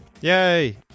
Yay